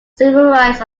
summaries